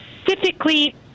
specifically